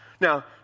Now